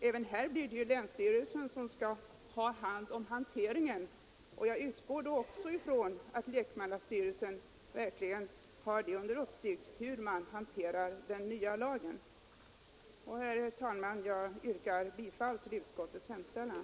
Även därvidlag blir det länsstyrelserna som skall handha hanteringen av ärendena, och jag utgår från att lekmannastyrelserna verkligen har under uppsikt hur den nya lagen hanteras. Herr talman! Jag yrkar bifall till utskottets hemställan.